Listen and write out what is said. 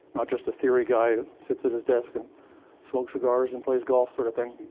not just a theory guy, sits at his desk and smokes cigars and plays golf sort of thing.